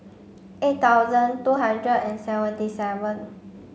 eight thousand two hundred and seventy seven